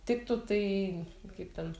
tiktų tai kaip ten